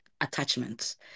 attachments